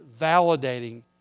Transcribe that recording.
validating